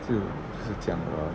就就是这样 lor